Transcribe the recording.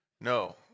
No